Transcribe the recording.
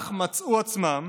כך מצאו עצמם